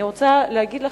אני רוצה להגיד לכם,